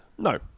no